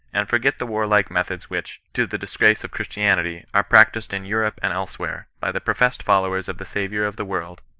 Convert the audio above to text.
and for get the warlike methods which, to the disgrace of chris tianity, are practised in europe and elsewhere, by the professed followers of the saviour of the world,